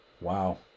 Wow